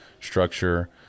structure